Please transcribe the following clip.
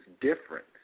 different